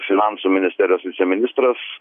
finansų ministerijos viceministras